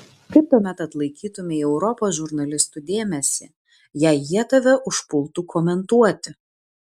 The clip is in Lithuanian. kaip tuomet atlaikytumei europos žurnalistų dėmesį jei jie tave užpultų komentuoti